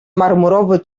marmurowy